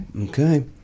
Okay